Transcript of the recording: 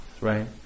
right